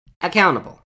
accountable